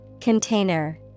Container